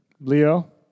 Leo